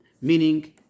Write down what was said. meaning